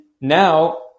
now